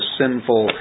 sinful